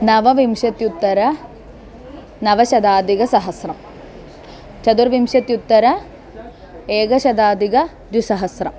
नवविंशत्युत्तर नवशताधिकसहस्रं चतुर्विंशत्युत्तर एकशताधिकद्विसहस्रम्